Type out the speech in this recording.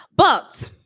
but